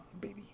baby